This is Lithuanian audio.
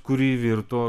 kuri virto